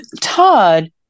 Todd